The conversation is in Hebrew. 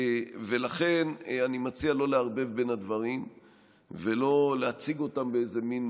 ולכן אני מציע לא לערבב בין הדברים ולא להציג אותם באיזה מין